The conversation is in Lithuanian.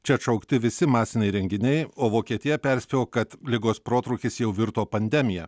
čia atšaukti visi masiniai renginiai o vokietija perspėjo kad ligos protrūkis jau virto pandemija